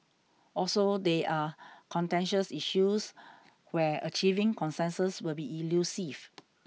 also they are contentious issues where achieving consensus will be elusive